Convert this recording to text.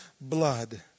blood